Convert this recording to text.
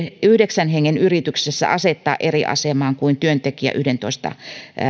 yhdeksän hengen yrityksessä asettaa eri asemaan kuin työntekijä yhdentoista